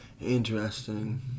Interesting